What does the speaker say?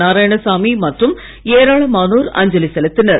நாராயணசாமிமற்றும்ஏராளமானோர்அஞ்ச லிசெலுத்தினர்